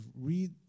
read